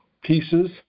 pieces